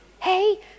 Hey